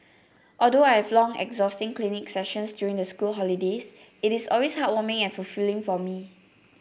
although I have long exhausting clinic sessions during the school holidays it is always heartwarming and fulfilling for me